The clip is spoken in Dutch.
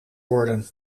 worden